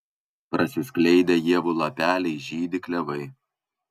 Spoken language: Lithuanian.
prasiskleidę ievų lapeliai žydi klevai